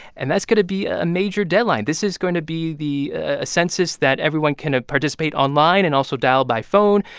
and that's going to be a major deadline this is going to be the ah census that everyone can ah participate online and also dial by phone,